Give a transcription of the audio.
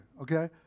okay